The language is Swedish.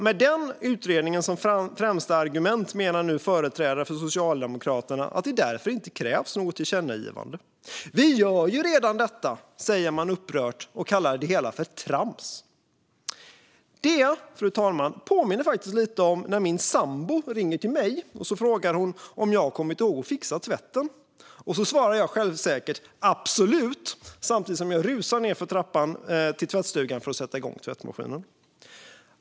Med den utredningen som främsta argument menar nu företrädare för Socialdemokraterna att det inte krävs något tillkännagivande. Vi gör ju redan detta, säger man upprört och kallar det hela för "trams". Detta, fru talman, påminner faktiskt lite om när min sambo ringer mig och frågar om jag har kommit ihåg att fixa tvätten. "Absolut", svarar jag självsäkert samtidigt som jag rusar nedför trappan till tvättstugan för att sätta igång tvättmaskinen.